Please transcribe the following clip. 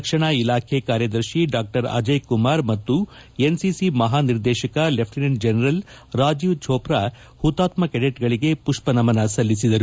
ರಕ್ಷಣಾ ಇಲಾಖೆ ಕಾರ್ಯದರ್ಶಿ ಡಾ ಅಜಯ್ ಕುಮಾರ್ ಮತ್ತು ಎನ್ಸಿಸಿ ಮಹಾನಿರ್ದೇಶಕ ಲೆಫ್ಲಿನೆಂಟ್ ಜನರಲ್ ರಾಜೀವ್ ಚೋಪ್ರಾ ಹುತಾತ್ನ ಕೆಡೆಟ್ಗಳಿಗೆ ಮಪ್ನನಮನ ಸಲ್ಲಿಸಿದರು